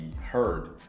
heard